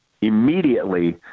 immediately